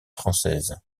françaises